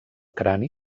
crani